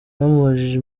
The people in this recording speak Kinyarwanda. bamubajije